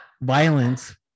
violence